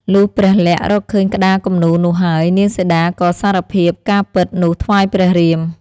លុះព្រះលក្សណ៍រកឃើញក្តារគំនូរនោះហើយ នាងសីតាក៏សារភាពការពិតនោះថ្វាយព្រះរាម។